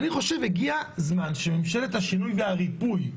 אני חושב הגיע זמן שממשלת השינוי והריפוי,